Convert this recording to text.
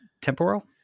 Temporal